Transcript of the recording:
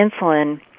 insulin